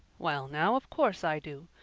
well now, of course i do.